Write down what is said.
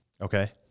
Okay